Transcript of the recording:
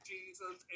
Jesus